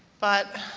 but